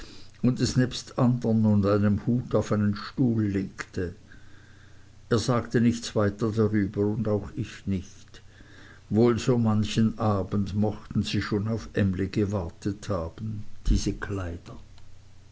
und es nebst andern und einem hut auf einen stuhl legte er sagte nichts weiter darüber und auch ich nicht wohl so manchen abend mochten sie schon auf emly gewartet haben diese kleider